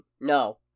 No